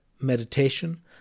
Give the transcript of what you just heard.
meditation